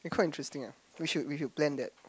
eh quite interesting ah we should we should plan that